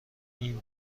این